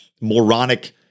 moronic